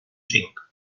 cinc